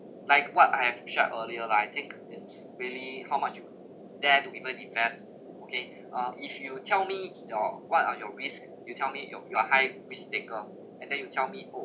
like what I have shared earlier lah I think it's really how much you dare to even invest okay uh if you tell me your what are your risk you tell me your you're high risk taker and then you tell me oh